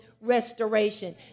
restoration